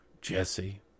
Jesse